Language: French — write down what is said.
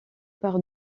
par